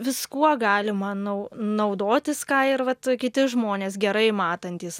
viskuo galima nau naudotis ką ir vat kiti žmonės gerai matantys